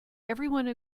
everyone